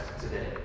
today